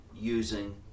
using